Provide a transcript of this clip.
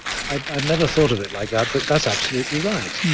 i'd never thought of it like that, but that's absolutely right.